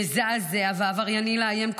מזעזע ועברייני לאיים,